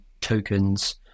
tokens